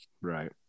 right